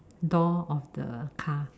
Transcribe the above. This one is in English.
door of the car